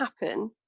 happen